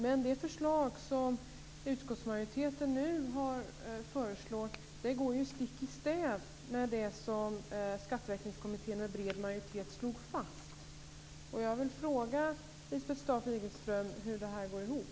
Men det förslag som utskottsmajoriteten nu lägger fram går ju stick i stäv med det som Skatteväxlingskommittén med bred majoritet slog fast. Jag vill fråga Lisbeth Staaf-Igelström hur detta går ihop.